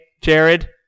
jared